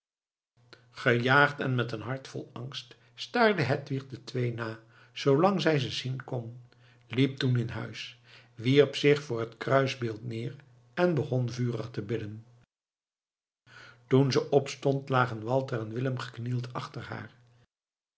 gejaagd en met een hart vol angst staarde hedwig de twee na zoolang zij ze zien kon liep toen in huis wierp zich voor het kruisbeeld neer en begon vurig te bidden toen ze opstond lagen walter en willem geknield